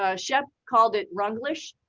ah shepherd called it ruglish.